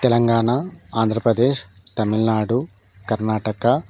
Telangana Andhra Pradesh Tamil Nadu Karnataka